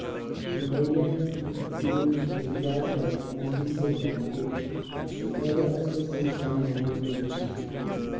واریاہ لُکھ چھِ ییٚتہِ زیادٕ تر بِزنٮ۪سٕے پٮ۪ٹھ تہٕ چھُ واریاہ اَصٕل پونسہٕ کَماوان بِزنٮ۪س تھروٗ